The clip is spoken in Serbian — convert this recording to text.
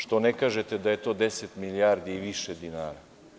Što ne kažete da je to 10 milijardi i više dinara?